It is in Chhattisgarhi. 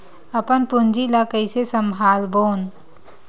अपन पूंजी ला कइसे संभालबोन?